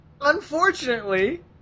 Unfortunately